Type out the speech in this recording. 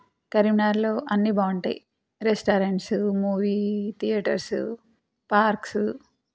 కరీంనగర్లో అన్నీ బాగుంటాయి రెస్టారెంట్స్ మూవీ దియేటర్స్ పార్క్స్